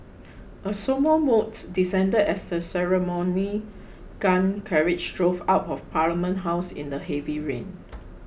a sombre mood descended as the ceremonial gun carriage drove out of Parliament House in the heavy rain